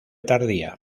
tardía